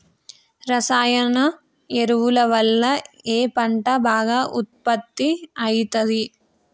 రసాయన ఎరువుల వల్ల ఏ పంట బాగా ఉత్పత్తి అయితది?